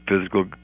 physical